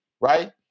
right